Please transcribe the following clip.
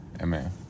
amen